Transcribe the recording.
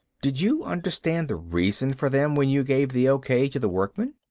did you understand the reason for them when you gave the okay to the workmen?